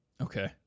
Okay